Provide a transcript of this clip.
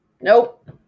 Nope